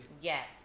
yes